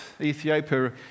Ethiopia